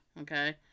Okay